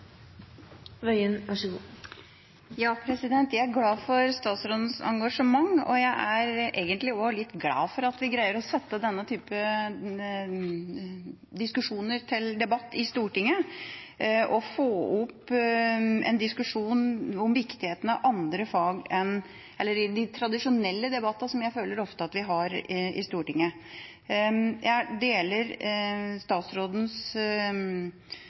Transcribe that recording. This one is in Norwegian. egentlig også litt glad for at vi greier å sette denne typen tema under debatt i Stortinget, slik at vi får en diskusjon om viktigheten av andre fag enn vi gjør i de tradisjonelle debattene, som jeg føler at vi ofte har, i Stortinget. Jeg deler statsrådens